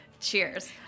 Cheers